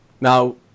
now